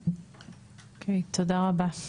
אוקיי, תודה רבה.